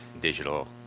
digital